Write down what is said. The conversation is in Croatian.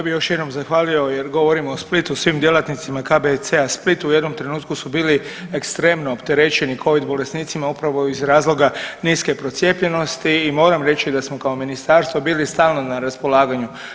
Evo ja bih još jednom zahvalio jer govorim o Splitu i svim djelatnicima KBC-a Split u jednom trenutku su bili ekstremno opterećeni covid bolesnicima upravo iz razloga niske procijepljenosti i moram reći da smo kao ministarstvo bili stalno na raspolaganju.